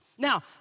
Now